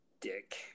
dick